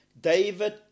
David